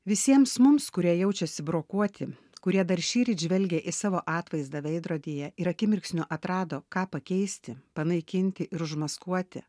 visiems mums kurie jaučiasi brokuoti kurie dar šįryt žvelgė į savo atvaizdą veidrodyje ir akimirksniu atrado ką pakeisti panaikinti ir užmaskuoti